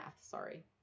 Sorry